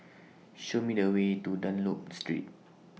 Show Me The Way to Dunlop Street